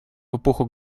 эпоху